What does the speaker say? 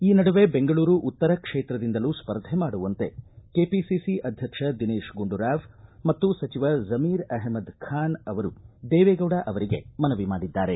ಈ ನಡುವೆ ಬೆಂಗಳೂರು ಉತ್ತರ ಕ್ಷೇತ್ರದಿಂದಲೂ ಸ್ವರ್ಧೆ ಮಾಡುವಂತೆ ಕೆಪಿಸಿ ಅಧ್ಯಕ್ಷ ದಿನೇಶ್ ಗುಂಡುರಾವ್ ಮತ್ತು ಸಚಿವ ಜಮೀರ್ ಅಹಮದ್ ಖಾನ್ ಅವರು ದೇವೇಗೌಡ ಅವರಿಗೆ ಮನವಿ ಮಾಡಿದ್ದಾರೆ